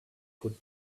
put